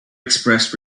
expressed